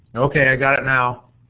okay, i got it now.